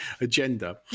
agenda